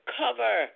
cover